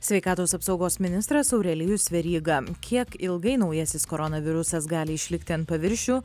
sveikatos apsaugos ministras aurelijus veryga kiek ilgai naujasis koronavirusas gali išlikti ant paviršių